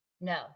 No